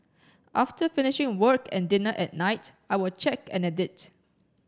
after finishing work and dinner at night I will check and edit